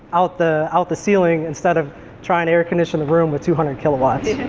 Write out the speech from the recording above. out the out the ceiling, instead of trying to air-condition the room with two hundred kilowatts.